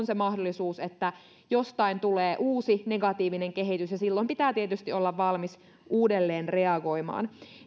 se mahdollisuus että jostain tulee uusi negatiivinen kehitys ja silloin pitää tietysti olla valmis uudelleen reagoimaan